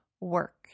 work